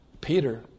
Peter